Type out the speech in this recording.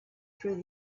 through